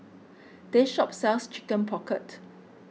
this shop sells Chicken Pocket